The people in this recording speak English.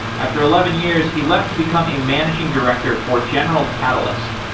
after eleven years, he left to become a managing director for general catalyst,